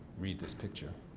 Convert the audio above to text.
read this picture.